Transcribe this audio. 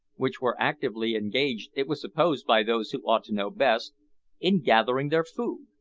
which were actively engaged it was supposed by those who ought to know best in gathering their food.